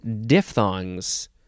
diphthongs